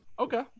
Okay